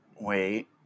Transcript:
Wait